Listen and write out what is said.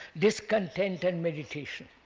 discontent and meditation?